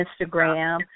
Instagram